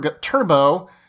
Turbo